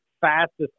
fastest